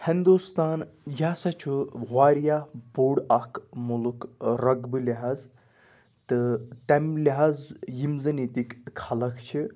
ہِندوستان یہِ ہسا چھُ واریاہ بوٚڑ اکھ مُلُک رقبہٕ لحاظ تہٕ تمہِ لحاظ یِم زن ییٚتِکۍ خلق چھِ